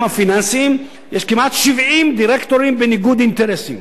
הפיננסיים יש כמעט 70 דירקטורים בניגוד אינטרסים.